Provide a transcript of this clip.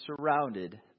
surrounded